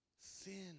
sin